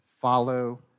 follow